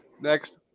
next